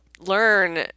learn